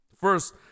First